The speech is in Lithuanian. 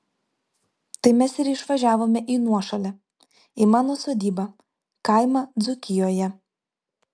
tai mes ir išvažiavome į nuošalę į mano sodybą kaimą dzūkijoje